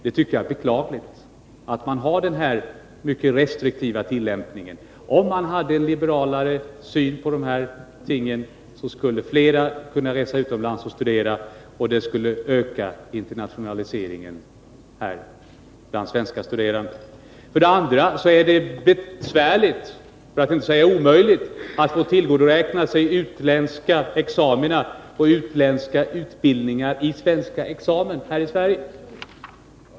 Jag tycker att det är beklagligt att man har den här mycket restriktiva tillämpningen. Om man hade en liberalare syn på de här tingen skulle flera kunna resa utomlands och studera, och det skulle öka internationaliseringen bland svenska studerande. För det andra är det besvärligt för att inte säga omöjligt att få tillgodoräkna sig utländska examina och utländska utbildningar i examina här i Sverige.